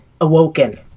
awoken